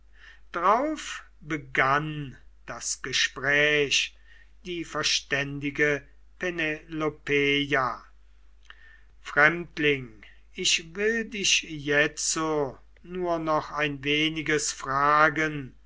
drauf begann das gespräch die verständige penelopeia fremdling ich will dich jetzo nur noch ein weniges fragen